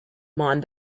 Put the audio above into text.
mind